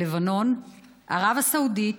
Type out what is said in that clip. לבנון, ערב הסעודית,